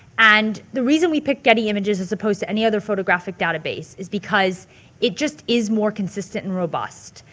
and the reason we picked getty images as opposed to any other photographic database is because it just is more consistent and robust.